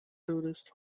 tourists